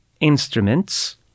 instruments